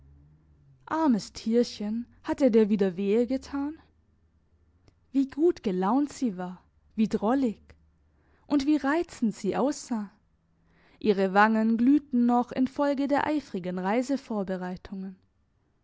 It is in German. armes tierchen hat er dir wieder wehe getan wie gut gelaunt sie war wie drollig und wie reizend sie aussah ihre wangen glühten noch infolge der eifrigen